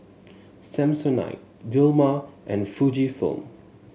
Samsonite Dilmah and Fujifilm